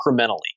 incrementally